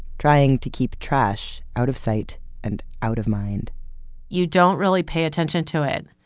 trying to keep trash out of sight and out of mind you don't really pay attention to it,